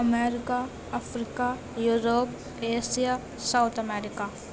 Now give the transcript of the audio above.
America Africa Europe Asia south America